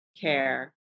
care